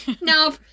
No